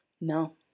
No